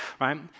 right